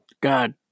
god